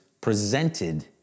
presented